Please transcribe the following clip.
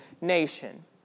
nation